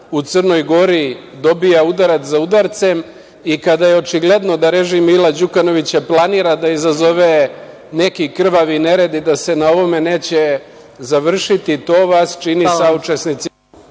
u Crnoj Gori dobija udarac za udarcem i kada je očigledno da režim Mila Đukanovića planira da izazove neki krvavi nered i da se na ovome neće završiti, to vas čini saučesnicima…